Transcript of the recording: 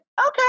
Okay